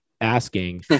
asking